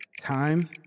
Time